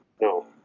no